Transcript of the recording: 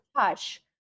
touch